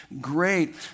great